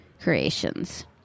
Creations